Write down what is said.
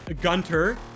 Gunter